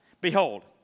Behold